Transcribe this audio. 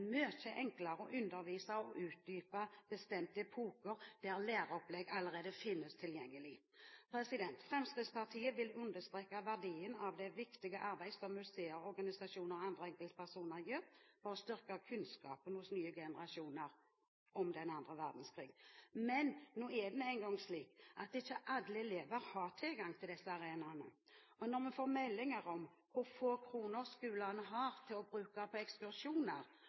mye enklere å undervise i og utdype bestemte epoker der læreopplegg allerede finnes tilgjengelig. Fremskrittspartiet vil understreke verdien av det viktige arbeidet som museer, organisasjoner og andre enkeltpersoner gjør for å styrke kunnskapen hos nye generasjoner om den andre verdenskrigen. Men det er nå en gang slik at ikke alle elever har tilgang til disse arenaene. Når vi får meldinger om hvor få kroner skolene har til å bruke på